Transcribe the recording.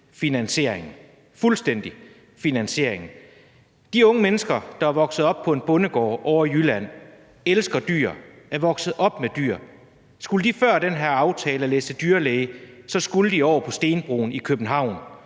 finansieringen fuldstændig! De unge mennesker, der er vokset op på en bondegård ovre i Jylland, elsker dyr, er vokset op med dyr, skulle de før den her aftale læse til dyrlæge, skulle de over på stenbroen i København.